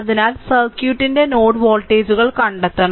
അതിനാൽ സർക്യൂട്ടിന്റെ നോഡ് വോൾട്ടേജുകൾ കണ്ടെത്തണം